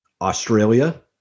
Australia